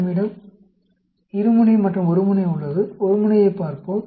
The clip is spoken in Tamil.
நம்மிடம் இருமுனை மற்றும் ஒருமுனை உள்ளது ஒருமுனையைப் பார்ப்போம்